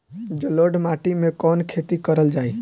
जलोढ़ माटी में कवन खेती करल जाई?